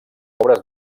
obres